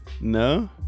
No